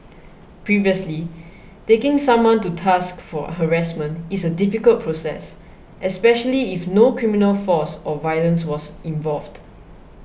previously taking someone to task for harassment is a difficult process especially if no criminal force or violence was involved